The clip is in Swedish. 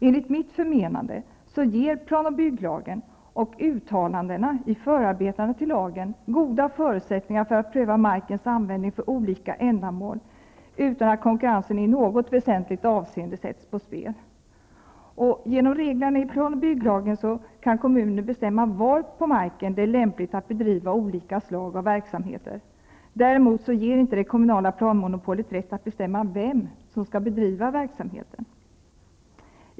Enligt mitt förmenande ger PBL och uttalandena i förarbetena till lagen goda förutsättningar för att pröva markens användning för olika ändamål utan att konkurrensen i något väsentligt avseende sätts på spel. Genom reglerna i PBL kan kommunen bestämma var på marken det är lämpligt att bedriva olika slag av verksamheter. Däremot ger inte det kommunala planmonopolet rätt att bestämma vem som skall bedriva verksamheten.